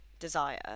Desire